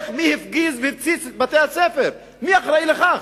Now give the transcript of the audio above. מי הפגיז והפציץ את בתי-הספר, מי אחראי לכך?